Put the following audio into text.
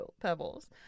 pebbles